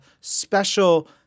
special